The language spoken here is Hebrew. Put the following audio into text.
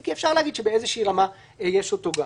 אם כי אפשר להגיד שבאיזה רמה הוא קיים.